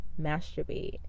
masturbate